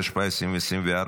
התשפ"ה 2024,